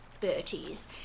Bertie's